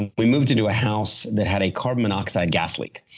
and we moved into a house that had a carbon monoxide gas leak.